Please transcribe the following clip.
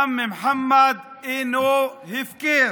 דם מוחמד אינו הפקר.